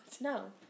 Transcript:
No